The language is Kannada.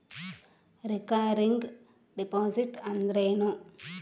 ರಿಕರಿಂಗ್ ಡಿಪಾಸಿಟ್ ಅಂದರೇನು?